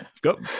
Go